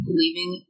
leaving